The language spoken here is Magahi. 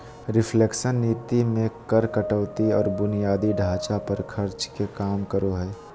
रिफ्लेशन नीति मे कर कटौती आर बुनियादी ढांचा पर खर्च के काम करो हय